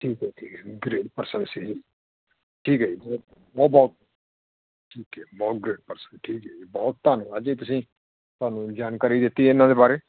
ਠੀਕ ਹੈ ਠੀਕ ਹੈ ਗਰੇਟ ਪਰਸਨ ਸੀ ਜੀ ਠੀਕ ਹੈ ਜੀ ਬਹੁਤ ਬਹੁਤ ਬਹੁਤ ਠੀਕ ਹੈ ਬਹੁਤ ਗਰੇਟ ਪਰਸਨ ਠੀਕ ਹੈ ਜੀ ਬਹੁਤ ਧੰਨਵਾਦ ਜੀ ਤੁਸੀਂ ਸਾਨੂੰ ਜਾਣਕਾਰੀ ਦਿੱਤੀ ਹੈ ਇਹਨਾ ਦੇ ਬਾਰੇ